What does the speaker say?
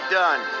done